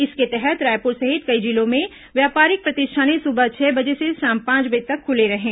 इसके तहत रायपुर सहित कई जिलों में व्यापारिक प्रतिष्ठानें सुबह छह बजे से शाम पांच बजे तक खुले रहें